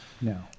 no